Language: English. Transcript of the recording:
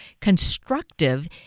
constructive